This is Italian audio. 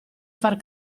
far